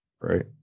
right